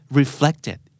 reflected